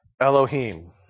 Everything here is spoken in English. Elohim